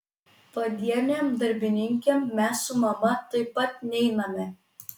padienėm darbininkėm mes su mama taip pat neiname